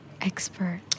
Expert